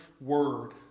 word